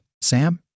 Sam